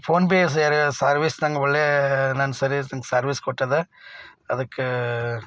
phone ಭೀ service ನನ್ಗೆ ಒಳ್ಳೆ ನನ್ನ ಸರ್ವಿಸ್ ಸರ್ವಿಸ್ ಕೊಟ್ಟಿದೆ ಅದಕ್ಕೆ